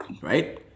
Right